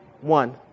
One